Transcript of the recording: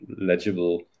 legible